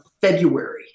February